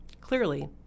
Clearly